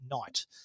night